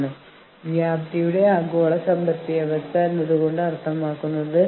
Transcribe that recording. അതിനാൽ ഇത് ഒരു വിൻ വിൻ സാഹചര്യത്തെ സൂചിപ്പിക്കുന്നു